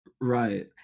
right